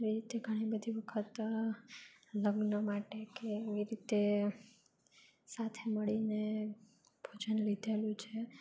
તેથી ઘણી બધી વખત લગ્ન માટે કે એવી રીતે સાથે મળીને ભોજન લીધેલું છે